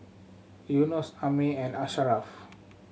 Yunos Ammir and Asharaff